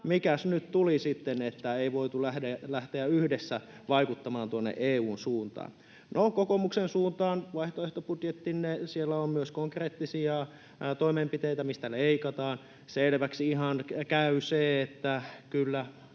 mikäs nyt tuli sitten, että ei voitu lähteä yhdessä vaikuttamaan tuonne EU:n suuntaan. No, kokoomuksen suuntaan: Vaihtoehtobudjetissanne on myös konkreettisia toimenpiteitä, mistä leikataan. Selväksi ihan käy se, että kyllä